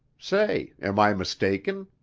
say, am i mistaken?